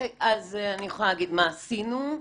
אני יכולה להגיד מה עשינו.